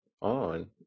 on